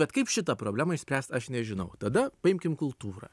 bet kaip šitą problemą išspręs aš nežinau tada paimkim kultūrą